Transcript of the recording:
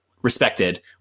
respected